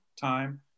time